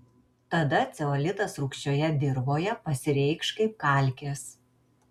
tada ceolitas rūgščioje dirvoje pasireikš kaip kalkės